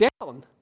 down